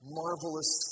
marvelous